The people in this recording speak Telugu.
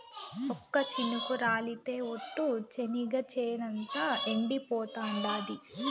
ఒక్క చినుకు రాలితె ఒట్టు, చెనిగ చేనంతా ఎండిపోతాండాది